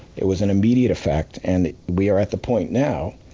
it was an immediate effect. and we are at the point now,